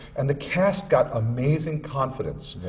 and the cast got amazing confidence,